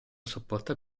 sopporta